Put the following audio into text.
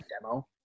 demo